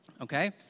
okay